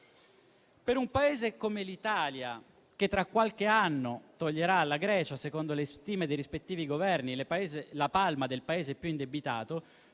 Per un Paese come l'Italia che tra qualche anno toglierà alla Grecia, secondo le stime dei rispettivi governi, la palma del Paese più indebitato,